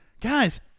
guys